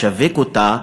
לשווק אותה,